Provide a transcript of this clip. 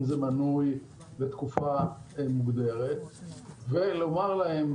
אם זה מנוי לתקופה מוגדרת ולומר להם,